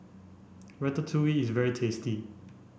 Ratatouille is very tasty